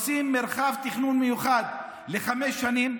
פעם ראשונה שעושים מרחב תכנון מיוחד לחמש שנים.